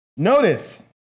Notice